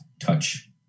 touch